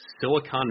Silicon